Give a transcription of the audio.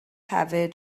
hefyd